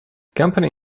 company